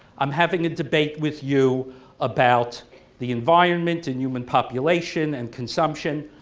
i'm having a debate with you about the environment and human population and consumption.